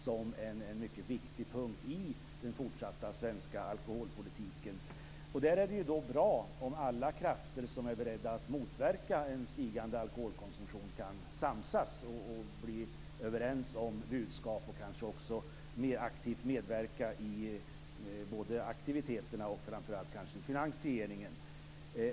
Den är en mycket viktig punkt i den fortsatta svenska alkoholpolitiken. Det är bra om alla krafter som är beredda att motverka en stigande alkoholkonsumtion kan samsas och komma överens om budskapet, och kanske också mer aktivt medverka i aktiviteterna och framför allt i finansieringen.